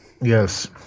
yes